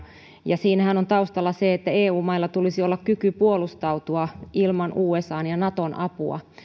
ja siinähän on taustalla se että eu mailla tulisi olla kyky puolustautua ilman usan ja naton apua